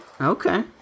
Okay